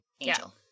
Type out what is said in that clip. Angel